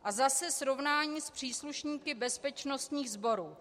A zase srovnání s příslušníky bezpečnostních sborů.